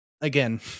again